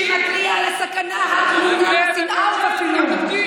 שמתריע על הסכנה הטמונה בשנאה ובפילוג,